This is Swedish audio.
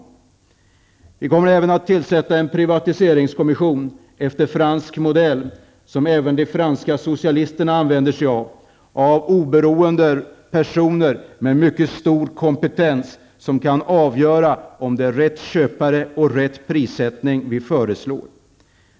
Regeringen kommer även att tillsätta en privatiseringskommission efter fransk modell, något som även de franska socialisterna använder sig av, med oberoende personer med mycket stor kompetens som kan avgöra om det är rätt köpare och rätt prissättning som föreslås.